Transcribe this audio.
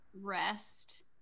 rest